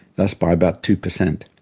thus by about two percent.